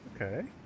okay